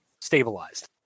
stabilized